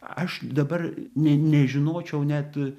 aš dabar ne nežinočiau net